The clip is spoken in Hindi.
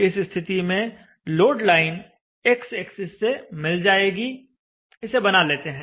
इस स्थिति में लोड लाइन x एक्सिस से मिल जाएगी इसे बना लेते हैं